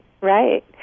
Right